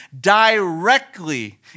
directly